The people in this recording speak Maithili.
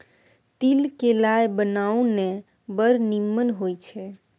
तिल क लाय बनाउ ने बड़ निमन होए छै